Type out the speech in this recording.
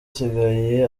asigaye